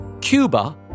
Cuba